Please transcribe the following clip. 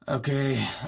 Okay